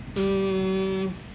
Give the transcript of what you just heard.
um